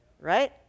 right